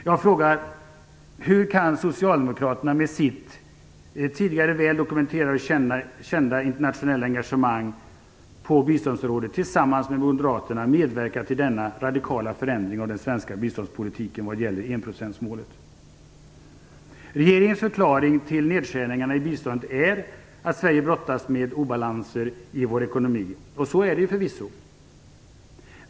Jag frågar: Hur kan Socialdemokraterna med sitt sedan tidigare väl dokumenterade och kända internationella engagemang på biståndsområdet tillsammans med Moderaterna medverka till denna radikala förändring av den svenska biståndspolitiken vad gäller enprocentsmålet? Regeringens förklaring till nedskärningarna i biståndet är att Sverige brottas med obalanser i vår ekonomi, och så är det förvisso.